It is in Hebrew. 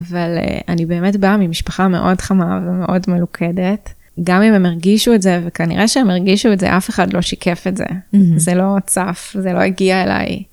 אבל אני באמת באה ממשפחה מאוד חמה ומאוד מלוכדת. גם אם הם הרגישו את זה, וכנראה שהם הרגישו את זה, אף אחד לא שיקף את זה. זה לא צף, זה לא הגיע אליי.